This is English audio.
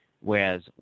whereas